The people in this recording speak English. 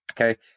Okay